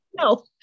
No